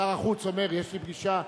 שר החוץ אומר: יש לי פגישה ממלכתית,